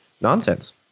nonsense